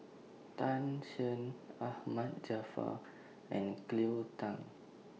Tan Shen Ahmad Jaafar and Cleo Thang